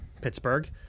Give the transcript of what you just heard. Pittsburgh